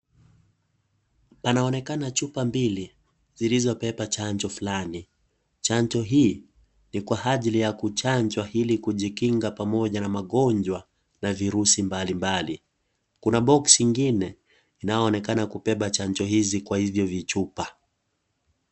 Panaonekana chupa mbili za chanjo fulani. Chanjo hii, ni kwa ajili ya kuchanjwa ili kujikinga pamoja na magonjwa na virusi mbalimbali. Kuna boksi ingine inayoonekana kubeba chanjo hizi, kwa hivyo vichupa.